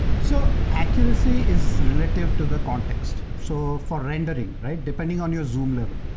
so accuracy is relative to the context. so for rendering, right? depending on your zoom level.